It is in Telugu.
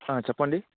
చెప్పండి